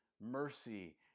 mercy